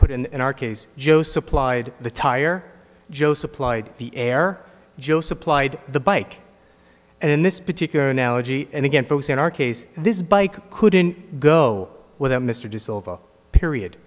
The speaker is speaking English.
put in in our case joe supplied the tire joe supplied the air joe supplied the bike and in this particular analogy and again folks in our case this bike couldn't go without mr to solve a period